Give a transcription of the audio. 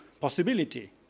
possibility